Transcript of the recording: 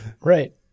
right